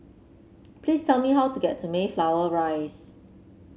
please tell me how to get to Mayflower Rise